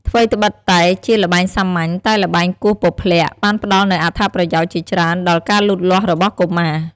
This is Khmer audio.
ថ្វីត្បិតតែជាល្បែងសាមញ្ញ តែល្បែងគោះពព្លាក់បានផ្ដល់នូវអត្ថប្រយោជន៍ជាច្រើនដល់ការលូតលាស់របស់កុមារ។